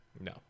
No